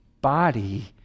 body